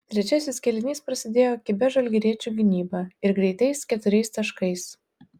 trečiasis kėlinys prasidėjo kibia žalgiriečių gynyba ir greitais keturiais taškais